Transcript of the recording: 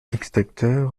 extincteurs